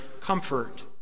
comfort